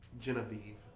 Genevieve